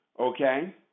Okay